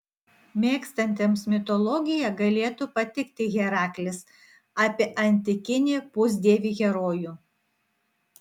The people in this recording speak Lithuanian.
mėgstantiems mitologiją galėtų patikti heraklis apie antikinį pusdievį herojų